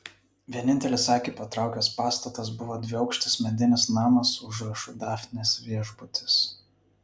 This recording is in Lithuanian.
vienintelis akį patraukęs pastatas buvo dviaukštis medinis namas su užrašu dafnės viešbutis